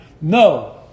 No